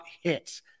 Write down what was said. hits